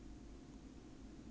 needle